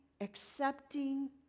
accepting